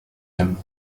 him